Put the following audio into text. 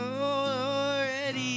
already